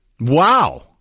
Wow